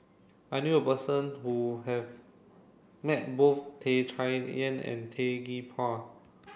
I knew a person who has met both Tan Chay Yan and Tan Gee Paw